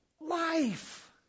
life